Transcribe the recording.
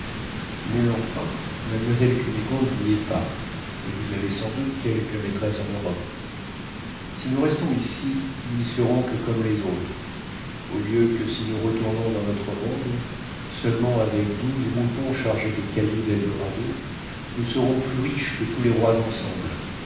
mais enfin mademoiselle cunégonde n'y est pas et vous avez sans doute quelque maîtresse en europe si nous restons ici nous n'y serons que comme les autres au lieu que si nous retournons dans notre monde seulement avec douze moutons chargés de cailloux d'eldorado nous serons plus riches que tous les rois ensemble